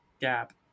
gap